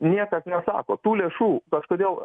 niekas nesako tų lėšų kažkodėl